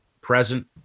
present